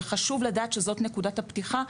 וחשוב לדעת שזאת נקודת הפתיחה,